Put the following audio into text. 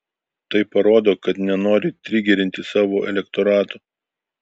tai parodo kad nenori trigerinti savo elektorato